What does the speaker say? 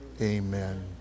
Amen